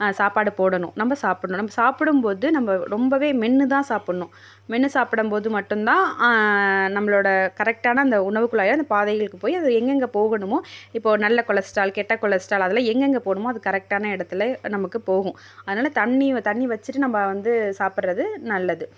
சாப்பாடு போடணும் நம்ப சாப்பிட்ணும் நம்ம சாப்பிடும்போது நம்ப ரொம்பவே மென்று தான் சாப்பிட்ணும் மென்று சாப்பிடம்போது மட்டும் தான் நம்பளோட கரெக்டான அந்த உணவு குழாயை அந்த பாதைளுக்கு போய் அது எங்கெங்க போகணுமா இப்போ நல்ல கொலஸ்ட்ரால் கெட்ட கொலஸ்ட்ரால் அதெலாம் எங்கெங்க போணுமோ அது கரெக்டான இடத்துல நமக்கு போகும் அதனால் தண்ணி தண்ணி வச்சிட்டு நம்ப வந்து சாப்பிட்றது நல்லது